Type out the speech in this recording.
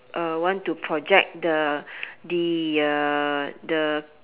uh want to project the the uh the